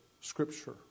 Scripture